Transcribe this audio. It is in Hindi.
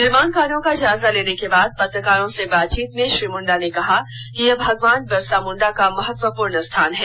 निर्माण कार्या का जायजा लेने के बाद पत्रकारों से बातचीत में श्री मुंडा ने कहा कि यह भगवान बिरसा मुंडा का महत्वपूर्ण स्थान है